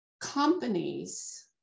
companies